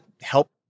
help